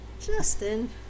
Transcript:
Justin